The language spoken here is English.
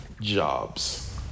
jobs